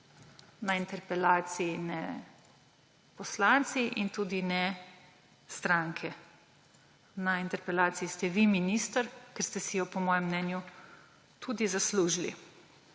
na interpelaciji ne poslanci in tudi ne stranke. Na interpelaciji ste vi, minister, ker ste si jo po mojem mnenju tudi zaslužili.